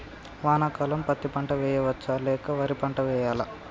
వానాకాలం పత్తి పంట వేయవచ్చ లేక వరి పంట వేయాలా?